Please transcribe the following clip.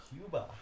Cuba